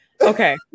Okay